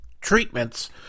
treatments